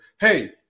hey